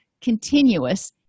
continuous